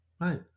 Right